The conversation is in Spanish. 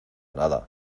nada